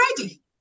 ready